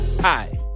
Hi